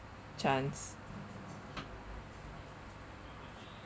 chance